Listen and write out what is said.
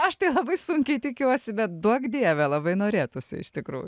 aš tai labai sunkiai tikiuosi bet duok dieve labai norėtųsi iš tikrųjų